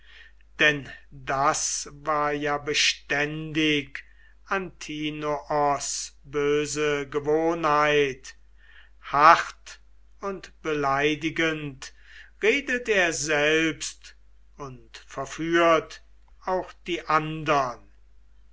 denn das war ja beständig antinoos böse gewohnheit hart und beleidigend redet er selbst und verführt auch die andern